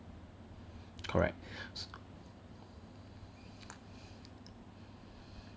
correct